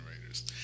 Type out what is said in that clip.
Raiders